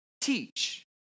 teach